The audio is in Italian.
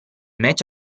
match